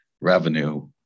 revenue